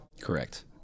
Correct